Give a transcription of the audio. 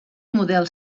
model